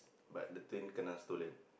but the twin can not stolen